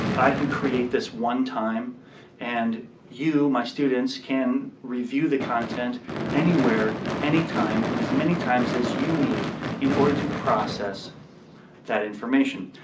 i can create this one time and you, my students, can review the content anywhere, anytime, and as many times as you need in order to process that information.